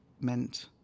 meant